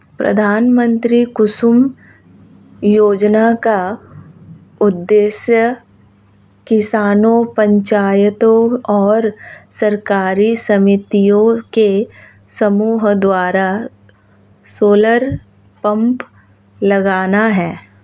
प्रधानमंत्री कुसुम योजना का उद्देश्य किसानों पंचायतों और सरकारी समितियों के समूह द्वारा सोलर पंप लगाना है